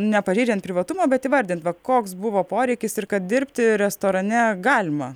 nepažeidžiant privatumo bet įvardint va koks buvo poreikis ir kad dirbti restorane galima